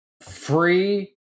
free